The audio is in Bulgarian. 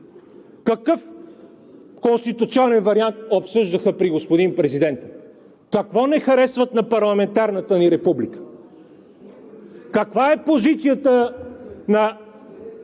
Какъв конституционен вариант обсъждаха при господин президента? Какво не харесват на парламентарната ни република? Каква е позицията на